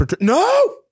No